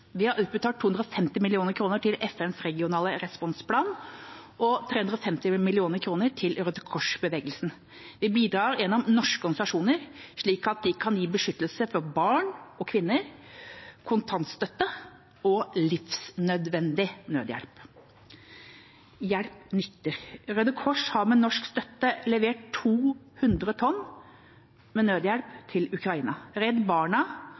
Vi har utbetalt 250 mill. kr til FNs regionale responsplan og 350 mill. kr til Røde Kors-bevegelsen. Vi bidrar gjennom norske organisasjoner slik at de kan gi beskyttelse for barn og kvinner, kontantstøtte og livsnødvendig nødhjelp. Hjelpen nytter. Røde Kors har med norsk støtte levert 200 tonn med nødhjelp til Ukraina. Redd Barna